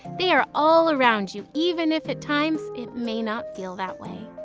they are all around you, even if at times it may not feel that way.